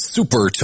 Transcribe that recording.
Super